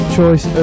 choice